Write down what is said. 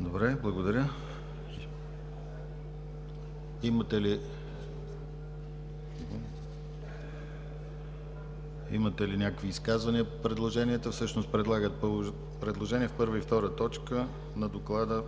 Добре, благодаря. Има ли някакви изказвания? Предложенията всъщност предлагат: предложения в първа и втора точка на Доклада